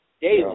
daily